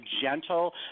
gentle